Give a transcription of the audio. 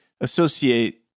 associate